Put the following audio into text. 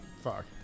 Fuck